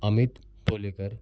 Amit Polekar